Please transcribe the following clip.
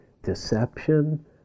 deception